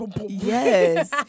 Yes